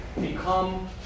become